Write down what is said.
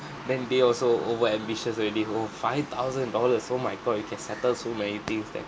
then they also over ambitious already !woo! five thousand dollars oh my god you can settle so many things then